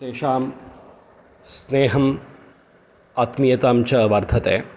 तेषां स्नेहम् आत्मीयतां च वर्धते